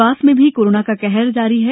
देवास में कोरोना का कहर जारी हैं